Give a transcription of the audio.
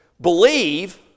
Believe